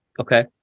Okay